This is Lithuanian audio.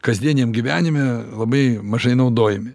kasdieniam gyvenime labai mažai naudojami